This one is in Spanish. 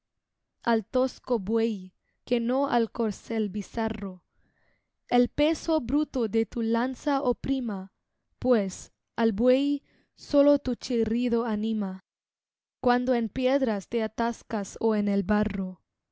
al tosco buey que no al corcel bizarro el peso bruto de tu lanza oprima pues al buey solo tu chirrido anima cuando en piedras te atascas ó en el barro